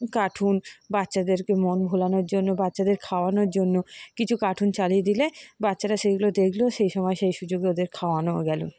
cartoon বাচ্চাদেরকে মন ভোলানোর জন্য বাচ্চাদের খাওয়ানোর জন্য কিছু কার্টুন চালিয়ে দিলে বাচ্চারা সেইগুলো দেখল সেই সময় সেই সুযোগে ওদের খাওয়ানোও গেল